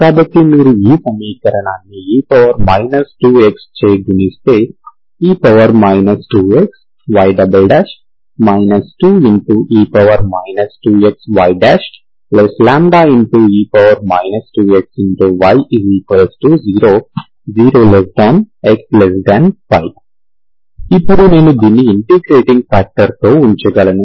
కాబట్టి మీరు ఈ సమీకరణాన్ని e 2x చే గుణిస్తే e 2xy 2e 2xyλe 2xy0 0xπ ఇప్పుడు నేను దీన్ని ఇంటిగ్రేటింగ్ ఫ్యాక్టర్ తో ఉంచగలను